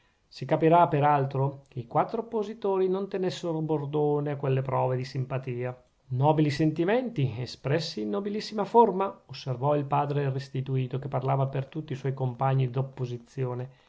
si capirà per altro che i quattro oppositori non tenessero bordone a quelle prove di simpatia nobili sentimenti espressi in nobilissima forma osservò il padre restituto che parlava per tutti i suoi compagni d'opposizione